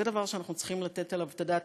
זה דבר שאנחנו צריכים לתת עליו את הדעת.